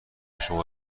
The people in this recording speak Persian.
شما